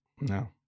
No